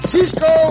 Cisco